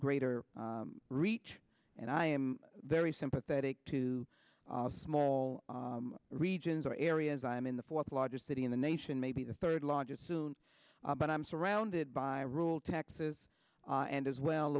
greater reach and i am very sympathetic to small regions or areas i'm in the fourth largest city in the nation maybe the third largest soon but i'm surrounded by rule taxes and as well